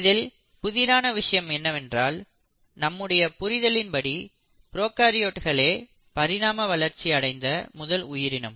இதில் புதிரான விஷயம் என்னவென்றால் நம்முடைய புரிதலின் படி ப்ரோகாரியோட்களே பரிணாம வளர்ச்சி அடைந்த முதல் உயிரினம்